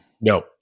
No